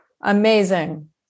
Amazing